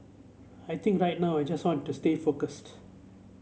I think right now I just want to stay focused